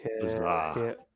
bizarre